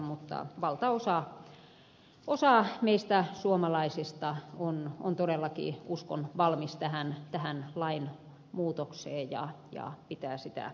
mutta valtaosa meistä suomalaisista on todellakin uskon valmis tähän lainmuutokseen ja pitää sitä hyvänä